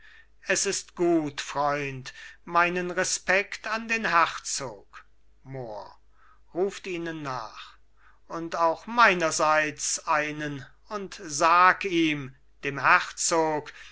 es ist gut freund meinen respekt an den herzog mohr ruft ihnen nach und auch meinerseits einen und sag ihm dem herzog